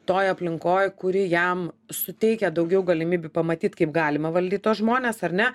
toj aplinkoj kuri jam suteikia daugiau galimybių pamatyt kaip galima valdyt tuos žmones ar ne